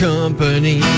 company